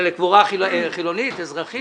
זה לקבורה חילונית, אזרחית?